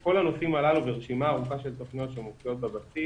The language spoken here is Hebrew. רשימה ארוכה של תוכניות שמופיעות בבסיס